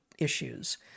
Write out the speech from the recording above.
issues